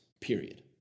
period